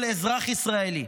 כל אזרח ישראלי.